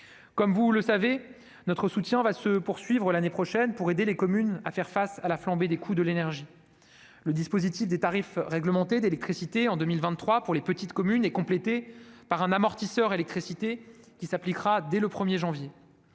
Comme vous le savez, notre soutien se poursuivra l'année prochaine pour aider les communes à faire face à la flambée des coûts de l'énergie. Le dispositif des tarifs réglementés d'électricité en 2023 pour les petites communes est complété par un amortisseur électricité qui s'appliquera dès le 1 janvier.